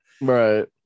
right